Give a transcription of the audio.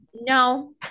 no